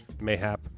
Mayhap